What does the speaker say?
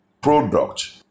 product